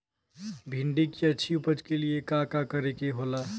भिंडी की अच्छी उपज के लिए का का करे के होला?